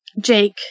Jake